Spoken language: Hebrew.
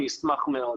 אני אשמח מאוד.